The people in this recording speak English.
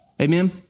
Amen